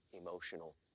emotional